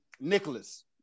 Nicholas